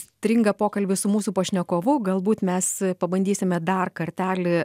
stringa pokalbis su mūsų pašnekovu galbūt mes pabandysime dar kartelį